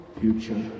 future